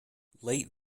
late